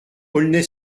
aulnay